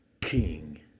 King